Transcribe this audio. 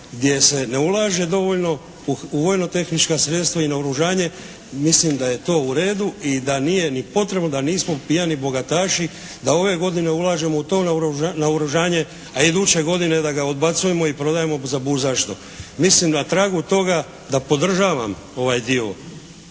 gdje se ne ulaže dovoljno u vojno-tehnička sredstva i naoružanje. Mislim da je to u redu i da nije ni potrebno. Da nismo pijani bogataši. Da ove godine ulažemo u to naoružanje, a iduće godine da ga odbacujemo i prodajemo za budzašto. Mislim na tragu toga da podržavam ovaj dio.